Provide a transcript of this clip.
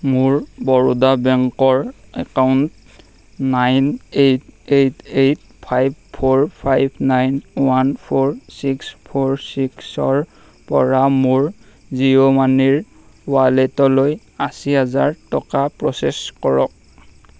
মোৰ বৰোডা বেংকৰ account nine eight eight eight five four five nine one four six four চিক্সৰ পৰা মোৰ জিঅ' মানিৰ ৱালেটলৈ আশী হাজাৰ টকা প্ৰ'চেছ কৰক